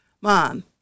mom